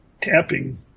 tapping